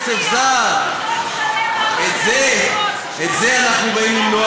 זה מי שינצח